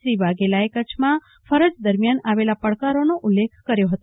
શ્રી વાઘેલાએ કચ્છમાં ફરજ દરમિયાન આવેલા પડકારોનો ઉલ્લેખ કર્યો હતો